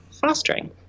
fostering